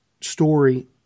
story